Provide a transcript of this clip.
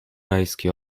rajski